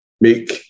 make